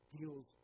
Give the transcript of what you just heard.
deals